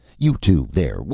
you too there,